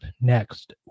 next